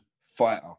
fighter